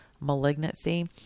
malignancy